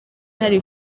hari